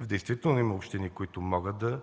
Действително има общини, които могат да